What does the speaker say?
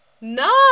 No